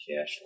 cash